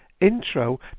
intro